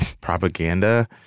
propaganda